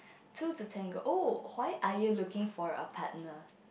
two to tango oh why are you looking for a partner